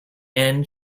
end